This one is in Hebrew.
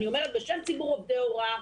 אני אומרת בשם ציבור עובדי הוראה,